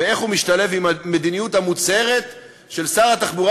ואיך הוא משתלב במדיניות המוצהרת של שר התחבורה